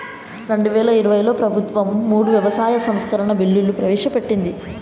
రెండువేల ఇరవైలో ప్రభుత్వం మూడు వ్యవసాయ సంస్కరణల బిల్లులు ప్రవేశపెట్టింది